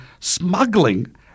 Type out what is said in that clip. smuggling